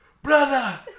Brother